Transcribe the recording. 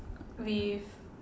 with